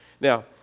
Now